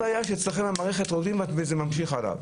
הבעיה שאצלכם במערכת זה ממשיך הלאה.